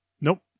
Nope